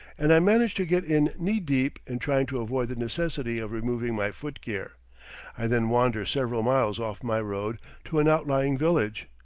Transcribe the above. and i manage to get in knee-deep in trying to avoid the necessity of removing my footgear i then wander several miles off my road to an outlying village.